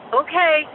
okay